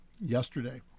yesterday